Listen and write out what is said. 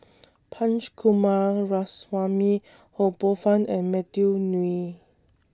Punch Coomaraswamy Ho Poh Fun and Matthew Ngui